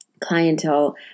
clientele